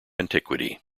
antiquity